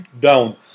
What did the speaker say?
down